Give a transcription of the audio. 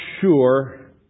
sure